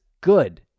good